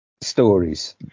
stories